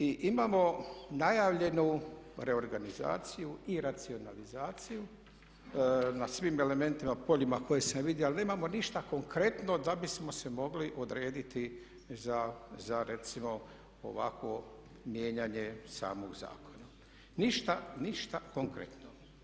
I imamo najavljenu reorganizaciju i racionalizaciju na svim elementima, poljima koje sam vidio ali nemamo ništa konkretno da bismo se mogli odrediti za recimo ovakvo mijenjanje samog zakona, ništa konkretno.